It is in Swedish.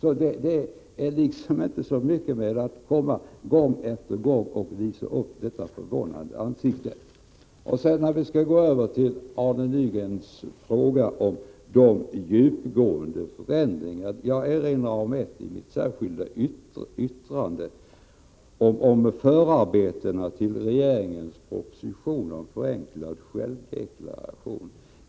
Det är därför inte så mycket att komma med att gång efter gång visa upp ett förvånat ansikte. Jag kan gå över till Arne Nygrens fråga om de djupgående förändringarna. Jag erinrade om en i mitt särskilda yttrande, nämligen förarbetena till regeringens proposition om förenklad självdeklaration.